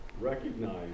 recognize